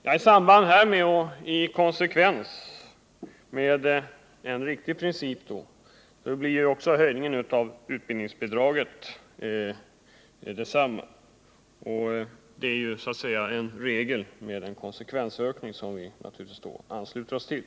I samband härmed och i konsekvens med en riktig princip blir också höjningen av utbildningsbidraget detsamma. Det är så att säga en regel med en konsekvensökning, som vi naturligtvis då ansluter oss till.